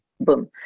Boom